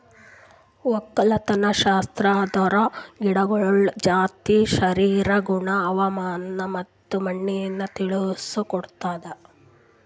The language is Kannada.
ಒಕ್ಕಲತನಶಾಸ್ತ್ರ ಅಂದುರ್ ಗಿಡಗೊಳ್ದ ಜಾತಿ, ಶರೀರ, ಗುಣ, ಹವಾಮಾನ ಮತ್ತ ಮಣ್ಣಿನ ತಿಳುಸ್ ಕೊಡ್ತುದ್